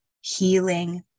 healing